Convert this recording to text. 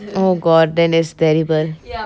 oh god then that's terrible